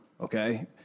okay